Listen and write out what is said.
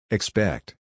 Expect